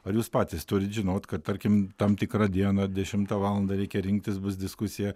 ar jūs patys turit žinot kad tarkim tam tikrą dieną dešimtą valandą reikia rinktis bus diskusija